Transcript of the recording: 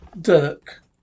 Dirk